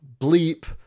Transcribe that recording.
bleep